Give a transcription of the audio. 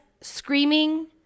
screaming